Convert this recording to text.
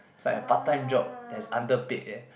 it's like a part time job that is underpaid ya